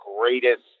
greatest